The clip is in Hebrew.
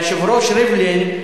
היושב-ראש ריבלין,